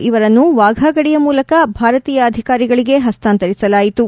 ಇವರನ್ನು ವಾಘಾ ಗಡಿಯ ಮೂಲಕ ಭಾರತೀಯ ಅಧಿಕಾರಿಗಳಿಗೆ ಹಸ್ತಾಂತರಿಸಲಾಯಿತು